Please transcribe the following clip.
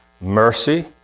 Mercy